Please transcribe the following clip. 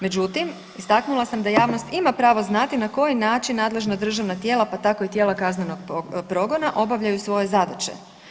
Međutim, istaknula sam da javnost ima pravo znati na koji način nadležna državna tijela, pa tako i tijela kaznenog progona obavljaju svoje zadaće.